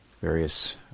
various